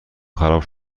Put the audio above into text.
خراب